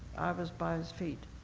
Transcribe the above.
i was by his feet.